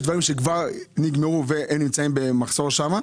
יש דברים שנגמרו והם נמצאים במחסור שם.